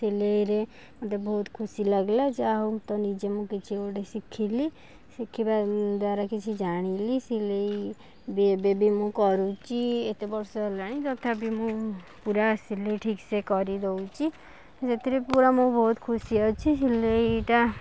ସିଲେଇରେ ମୋତେ ବହୁତ ଖୁସି ଲାଗିଲା ଯାହା ହେଉ ମୁଁ ତ ନିଜେ ମୁଁ କିଛି ଗୋଟେ ଶିଖିଲି ଶିଖିବା ଦ୍ଵାରା କିଛି ଜାଣିଲି ସିଲେଇ ବି ଏବେ ବି ମୁଁ କରୁଛି ଏତେ ବର୍ଷ ହେଲାଣି ତଥାପି ମୁଁ ପୁରା ସିଲେଇ ଠିକ୍ ସେ କରି ଦେଉଛି ସେଥିରେ ପୁରା ମୁଁ ବହୁତ ଖୁସି ଅଛି ସିଲେଇଟା